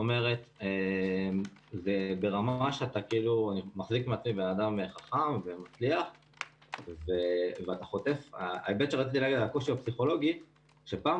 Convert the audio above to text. אני מחזיק מעצמי בן אדם חכם ומצליח ואתה חוטף וזה ההיבט שרציתי להגיד,